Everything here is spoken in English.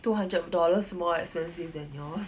two hundred dollars more expensive than yours